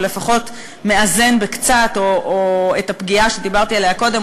ולפחות מאזן קצת את הפגיעה שדיברתי עליה קודם,